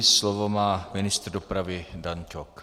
Slovo má ministr dopravy Dan Ťok.